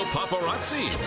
Paparazzi